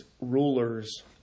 rulers